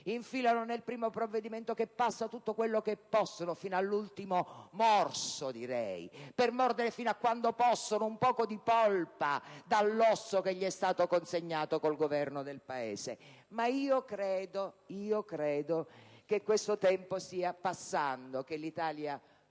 infilano nel primo provvedimento che passa tutto quello che possono, fino all'ultimo morso, per mordere, fino a quando possono, un poco di polpa dall'osso che gli è stato consegnato con il governo del Paese. Ma io credo che questo tempo stia passando, che l'Italia